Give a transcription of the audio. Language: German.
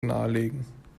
nahelegen